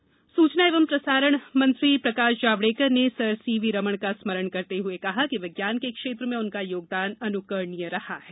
इस अवसर पर आज केन्द्रीय सूचना और प्रसारण मंत्री प्रकाश जावड़ेकर ने सर सीवी रमण का स्मरण करते हुए कहा कि विज्ञान के क्षेत्र में उनका योगदान अनुकरणीय रहा है